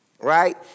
Right